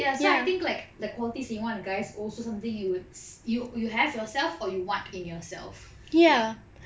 ya so I think like the qualities you want the guys also something you would you you have yourself or you want in yourself ya